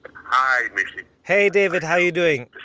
hi mishy hey david. how you doing?